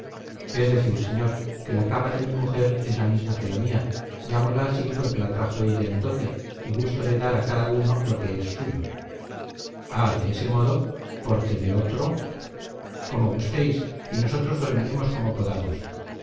es decir señor que la cama de mi mujer es la misma que la mía llámola así porque la trajo ella en dote y gusto de dar a cada uno lo que es suyo ah de ese modo porque de otro como gustéis y nosotros dormiremos como podamos